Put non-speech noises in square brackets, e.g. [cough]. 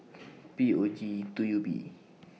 [noise] P O G two U B